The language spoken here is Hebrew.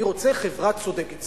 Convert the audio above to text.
אני רוצה חברה צודקת.